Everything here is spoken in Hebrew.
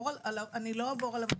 אני לא אעבור עליו,